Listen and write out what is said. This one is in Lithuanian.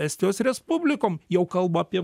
estijos respublikom jau kalba apie